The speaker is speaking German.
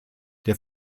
der